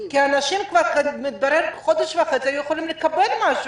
כי מתברר שכבר לפני חודש וחצי אנשים היו יכולים לקבל משהו,